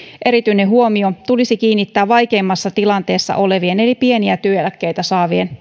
erityinen huomio tulisi kiinnittää vaikeimmassa tilanteessa olevien eli pieniä työeläkkeitä saavien